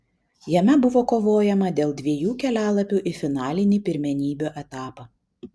jame buvo kovojama dėl dviejų kelialapių į finalinį pirmenybių etapą